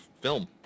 film